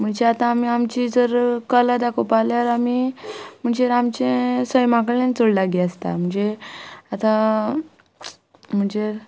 म्हणजे आतां आमी आमची जर कला दाखोवपा जाल्यार आमी म्हणजे आमचे सैमा कडल्यान चड लागीं आसता म्हणजे आतां म्हणजे